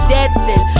Jetson